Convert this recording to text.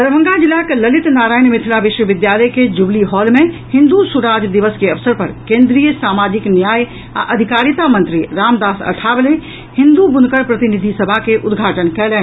दरभंगा जिलाक ललित नारायण मिथिला विश्वविद्यालय के जुबली हॉल मे हिन्दु सुराज दिवस के अवसर पर केन्द्रीय समाजिक न्याय आ अधिकारिता मंत्री रामदास अठावले हिन्दू बुनकर प्रतिनिधि सभा के उद्घाटन कयलनि